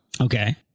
Okay